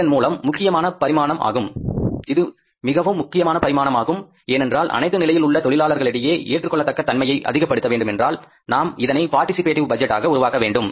இது மிகவும் முக்கியமான பரிமாணம் ஆகும் ஏனென்றால் அனைத்து நிலையில் உள்ள தொழிலாளர்களிடையே ஏற்றுக்கொள்ளத்தக்க தன்மையை அதிகப்படுத்த வேண்டும் என்றால் நாம் இதனை பார்ட்டிசிபேடிவ் பட்ஜெட்டாக உருவாக்க வேண்டும்